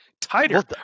tighter